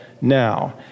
now